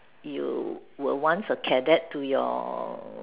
you were once a cadet to your